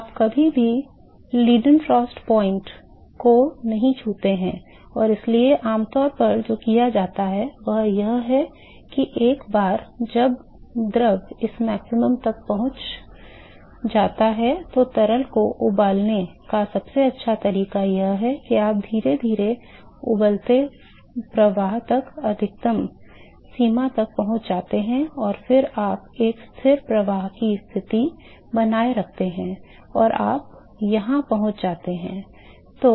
आप कभी भी लीडेनफ्रॉस्ट बिंदु को नहीं छूते हैं और इसलिए आमतौर पर जो किया जाता है वह यह है कि एक बार जब द्रव इस अधिकतम तक पहुंच जाता है तो तरल को उबालने का सबसे अच्छा तरीका यह है कि आप धीरे धीरे उबलते प्रवाह पर अधिकतम सीमा तक पहुंच जाते हैं और फिर आप एक स्थिर प्रवाह की स्थिति बनाए रखते हैं और आप यहां पहुंच जाते हैं